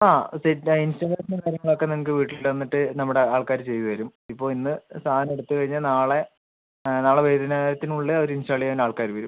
ആ സെറ്റായ് ഇൻസ്റ്റാളേഷൻ്റ കാര്യങ്ങൾ ഒക്കെ നിങ്ങക്ക് വീട്ടിൽ തന്നിട്ട് നമ്മുടെ ആൾക്കാര് ചെയ്തുതരും ഇപ്പോൾ ഇന്ന് സാധനം എടുത്ത് കഴിഞ്ഞാൽ നാളെ നാളെ വൈകുന്നേരത്തിന് ഉള്ളെ അവര് ഇൻസ്റ്റാൾ ചെയ്യണ്ട ആൾക്കാര് വെറും